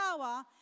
power